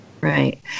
Right